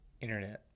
Internet